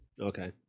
Okay